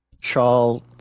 Charles